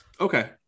okay